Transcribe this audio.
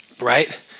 right